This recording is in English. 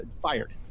fired